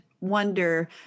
wonder